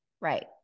Right